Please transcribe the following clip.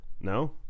no